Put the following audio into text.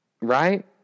right